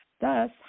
Thus